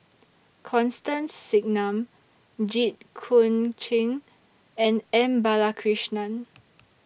Constance Singam Jit Koon Ch'ng and M Balakrishnan